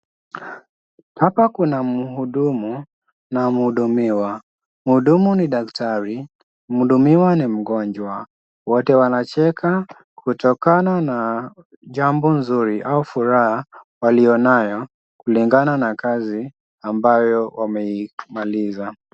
Hapa kuna mhudumu na mhudumiwa. Mhudumu ni daktari, mhudumiwa ni mgonjwa. Wote wanacheka kutokana na jambo nzuri au furaha walionayo kulingana na kazi ambayo wameimaliza.